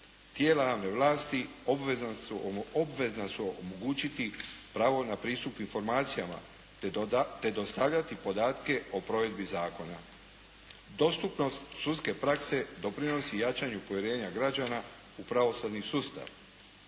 Tijela javne vlasti obvezna su omogućiti pravo na pristup informacijama te dostavljati podatke o provedbi zakona. Dostupnost sudske prakse doprinosi jačanju povjerenja građana u pravosudni sustav.